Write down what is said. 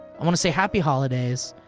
i wanna say happy holidays,